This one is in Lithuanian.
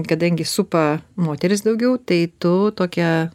kadangi supa moteriys daugiau tai tu tokia